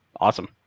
Awesome